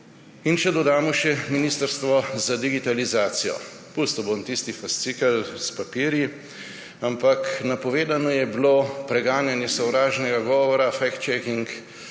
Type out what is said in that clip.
Če dodamo še ministrstvo za digitalizacijo. Pustil bom tisti fascikel s papirji, ampak napovedano je bilo preganjanje sovražnega govora, fact-checking